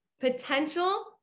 Potential